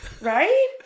Right